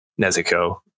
Nezuko